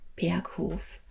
Berghof